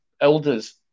elders